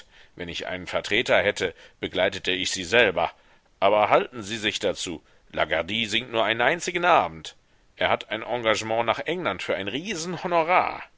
wenn ich einen vertreter hätte begleitete ich sie selber aber halten sie sich dazu lagardy singt nur einen einzigen abend er hat ein engagement nach england für ein